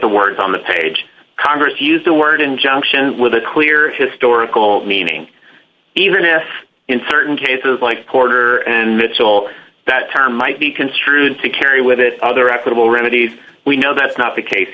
the words on the page congress used the word injunction with a clear historical meaning even if in certain cases like porter and mitchell that term might be construed to carry with it other affable remedies we know that's not the case